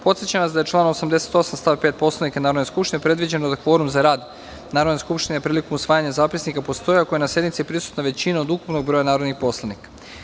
Podsećam vas da je članom 88. stav 5. Poslovnika Narodne skupštine predviđeno da kvorum za rad Narodne skupštine prilikom usvajanja zapisnika postoji ako je na sednici prisutna većina od ukupnog broja narodnih poslanika.